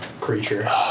creature